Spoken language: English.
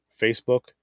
Facebook